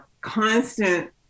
constant